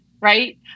right